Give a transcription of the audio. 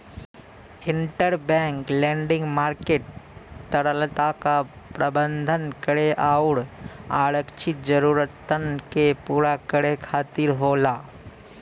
interbank lending market तरलता क प्रबंधन करे आउर आरक्षित जरूरतन के पूरा करे खातिर होला